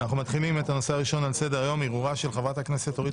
אנחנו מתחילים בנושא הראשון שעל סדר היום: ערעורה של חברת הכנסת אורית